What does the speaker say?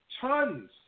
tons